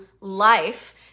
life